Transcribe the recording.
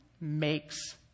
makes